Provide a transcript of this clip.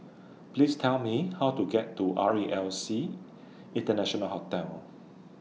Please Tell Me How to get to R E L C International Hotel